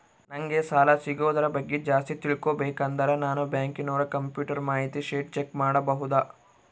ನಂಗೆ ಸಾಲ ಸಿಗೋದರ ಬಗ್ಗೆ ಜಾಸ್ತಿ ತಿಳಕೋಬೇಕಂದ್ರ ನಾನು ಬ್ಯಾಂಕಿನೋರ ಕಂಪ್ಯೂಟರ್ ಮಾಹಿತಿ ಶೇಟ್ ಚೆಕ್ ಮಾಡಬಹುದಾ?